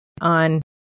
on